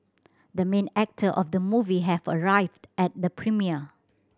the main actor of the movie have arrived at the premiere